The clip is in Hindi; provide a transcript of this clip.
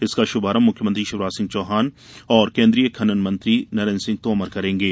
इसका शुभारंभ मुख्यमंत्री शिवराज सिंह चौहान और केन्द्रीय खनन मंत्री नरेन्द्र सिंह तोमर करेंगे